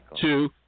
two